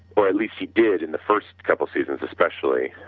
or at least he did in the first couple of seasons especially,